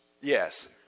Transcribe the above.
Yes